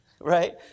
right